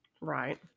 right